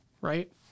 right